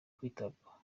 kwitabwaho